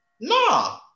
No